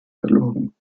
verloren